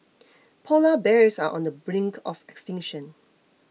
Polar Bears are on the brink of extinction